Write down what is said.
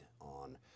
on